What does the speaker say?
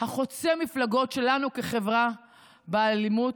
החוצה המפלגות שלנו כחברה באלימות,